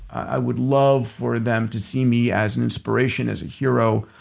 i would love for them to see me as an inspiration as a hero.